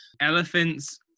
Elephant's